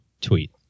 tweet